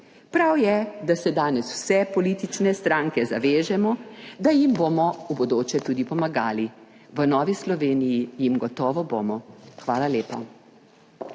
Prav je, da se danes vse politične stranke zavežemo, da jim bomo v bodoče tudi pomagali. V Novi Sloveniji jim gotovo bomo. Hvala lepa.